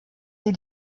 sie